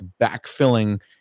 backfilling